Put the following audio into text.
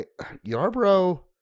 Yarbrough